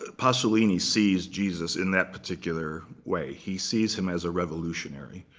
pasolini sees jesus in that particular way. he sees him as a revolutionary.